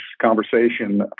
conversation